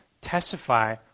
testify